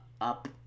up